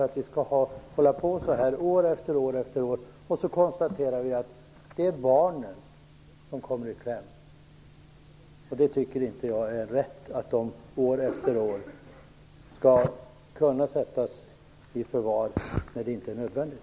Låt oss göra detta i stället för att år efter år konstatera att det är barnen som kommer i kläm. Jag tycker inte att det är rätt att de år efter år skall kunna sättas i förvar när det inte är nödvändigt.